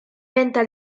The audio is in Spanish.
venta